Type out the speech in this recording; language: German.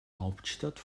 hauptstadt